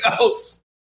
else